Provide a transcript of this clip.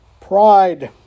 Pride